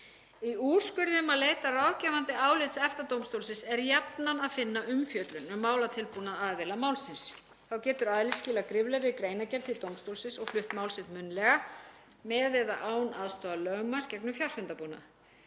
Í úrskurði um að leita ráðgefandi álits EFTA-dómstólsins er jafnan að finna umfjöllun um málatilbúnað aðila málsins. Þá getur aðili skilað skriflegri greinargerð til dómstólsins og flutt mál sitt munnlega með eða án aðstoðar lögmanns gegnum fjarfundabúnað.